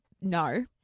no